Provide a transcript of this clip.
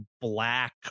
black